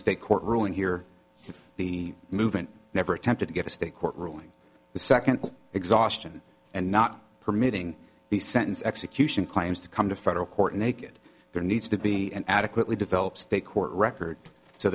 state court ruling here the movement never attempted to get a state court ruling the second exhaustion and not permitting the sentence execution claims to come to federal court naked there needs to be an adequately developed state court record so